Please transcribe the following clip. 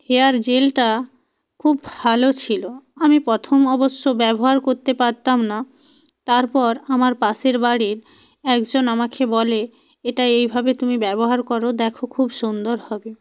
hair জেলটা খুব ভালো ছিল আমি প্রথম অবশ্য ব্যবহার করতে পারতাম না তারপর আমার পাশের বাড়ির একজন আমাকে বলে এটা এইভাবে তুমি ব্যবহার করো দেখ খুব সুন্দর হবে